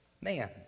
man